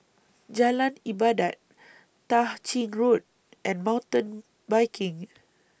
Jalan Ibadat Tah Ching Road and Mountain Biking